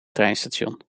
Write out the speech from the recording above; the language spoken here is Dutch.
treinstation